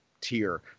Tier